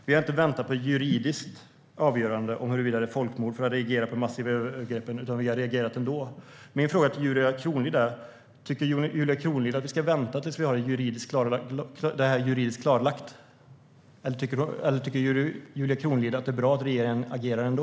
Vi har inte väntat på juridiskt avgörande av huruvida det är folkmord eller inte för att reagera på de massiva övergreppen, utan vi har reagerat ändå. Min fråga till Julia Kronlid är: Tycker Julia Kronlid att vi ska vänta tills vi har fått detta juridiskt klarlagt, eller tycker hon att det är bra att regeringen reagerar ändå?